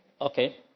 Okay